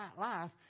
life